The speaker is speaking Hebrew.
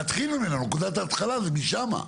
להתחיל ממנו, נקודת ההתחלה זה משם.